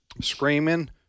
screaming